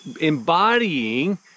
embodying